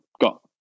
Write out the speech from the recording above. got